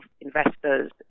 investors